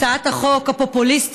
הצעת החוק הפופוליסטית